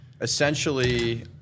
essentially